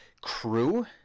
crew